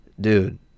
dude